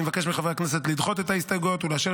אני מבקש מחברי הכנסת לדחות את ההסתייגויות ולאשר